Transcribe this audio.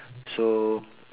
so